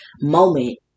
moment